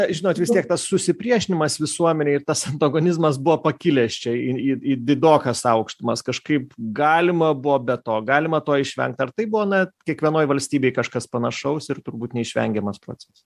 žinot vis tiek tas susipriešinimas visuomenėj ir tas antagonizmas buvo pakilęs čia į į į didokas aukštumas kažkaip galima buvo be to galima to išvengt ar tai buvo na kiekvienoj valstybėj kažkas panašaus ir turbūt neišvengiamas procesas